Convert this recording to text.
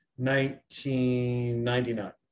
1999